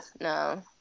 No